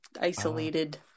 isolated